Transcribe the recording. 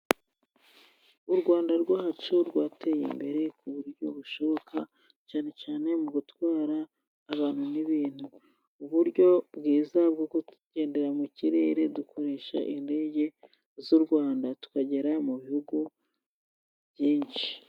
U Rwanda rwacu rwateye imbere ku buryo bushoboka cyane cyane mu gutwara abantu n'ibintu. Uburyo bwiza bwo kugendera mu kirere dukoresha indege z'u Rwanda tukagera mu bihugu byinshi.